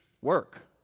work